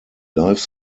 life